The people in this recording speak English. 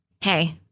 Hey